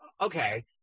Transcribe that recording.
okay